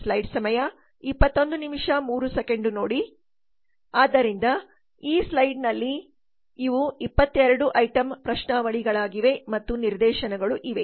ಆದ್ದರಿಂದ ಈ ಸ್ಲೈಡ್ನಲ್ಲಿ ಇವು 22 ಐಟಂ ಪ್ರಶ್ನಾವಳಿಗಳಾಗಿವೆ ಮತ್ತು ನಿರ್ದೇಶನಗಳು ಇವೆ